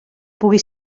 pugui